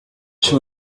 czy